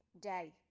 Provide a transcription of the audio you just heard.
Day